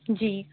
جی